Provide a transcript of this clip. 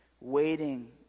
waiting